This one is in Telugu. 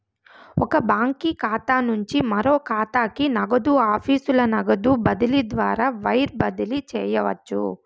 ఒక బాంకీ ఖాతా నుంచి మరో కాతాకి, నగదు ఆఫీసుల నగదు బదిలీ ద్వారా వైర్ బదిలీ చేయవచ్చు